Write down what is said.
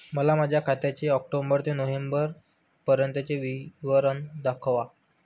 मला माझ्या खात्याचे ऑक्टोबर ते नोव्हेंबर पर्यंतचे विवरण दाखवा